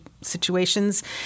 situations